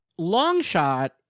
Longshot